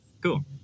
cool